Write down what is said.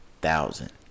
thousand